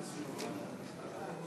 הצעת חוק זכויות נפגעי עבירה (תיקון,